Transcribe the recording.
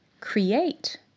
create